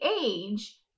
age